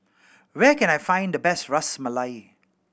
where can I find the best Ras Malai